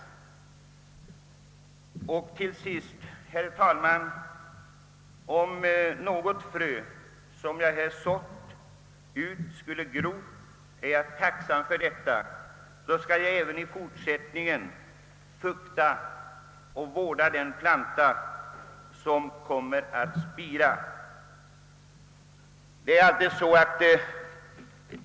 Slutligen, herr talman, vill jag säga att om något frö som jag här har sått ut skulle gro är jag tacksam för detta. Då skall jag även i fortsättningen vårda den planta som kommer att spira.